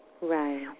Right